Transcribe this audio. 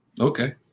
Okay